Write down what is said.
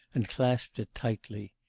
and clasped it tightly.